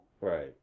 Right